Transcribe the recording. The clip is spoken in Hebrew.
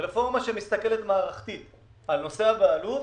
רפורמה שמסתכלת מערכתית על נושא הבעלות,